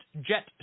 jet